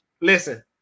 Listen